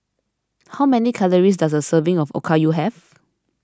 how many calories does a serving of Okayu have